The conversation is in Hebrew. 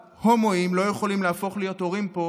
והומואים לא יכולים להפוך להיות הורים פה